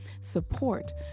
support